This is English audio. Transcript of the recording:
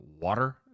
water